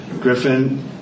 Griffin